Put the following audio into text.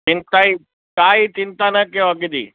चिंता ई काई चिंता न कयो अघ जी